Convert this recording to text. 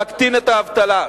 להקטין את האבטלה.